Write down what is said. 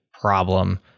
problem